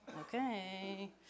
Okay